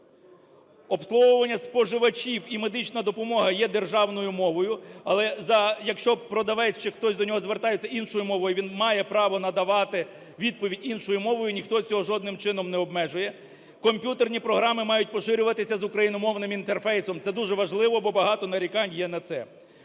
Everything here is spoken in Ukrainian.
Обслуговування споживачів і медична допомога є державною мовою. Але якщо продавець чи хтось до нього звертається іншою мовою, він має право надавати відповідь іншою мовою, ніхто цього жодним чином не обмежує. Комп'ютерні програми мають поширюватися з україномовним інтерфейсом. Це дуже важливо, бо багато нарікань є на це.